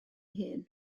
hun